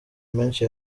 menshi